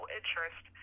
interest